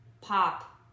pop